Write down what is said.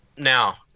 Now